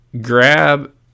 Grab